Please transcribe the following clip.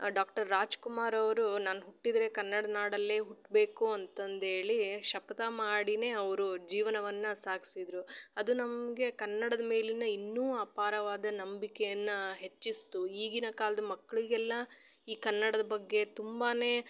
doctor Rajkumar ಅವರು ನಾನು ಹುಟ್ಟಿದರೆ ಕನ್ನಡ ನಾಡಲ್ಲೆ ಹುಟ್ಟಬೇಕು ಅಂತಂದು ಹೇಳಿ ಶಪಥ ಮಾಡಿನೆ ಅವರು ಜೀವನವನ್ನು ಸಾಗಿಸಿದ್ರು ಅದು ನಮಗೆ ಕನ್ನಡದ ಮೇಲಿನ ಇನ್ನು ಅಪಾರವಾದ ನಂಬಿಕೆಯನ್ನು ಹೆಚ್ಚಿಸಿತು ಈಗಿನ ಕಾಲ್ದ ಮಕ್ಕಳಿಗೆಲ್ಲ ಈ ಕನ್ನಡದ ಬಗ್ಗೆ ತುಂಬಾ